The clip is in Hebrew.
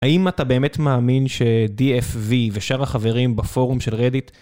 האם אתה באמת מאמין ש-DFV ושאר החברים בפורום של רדיט...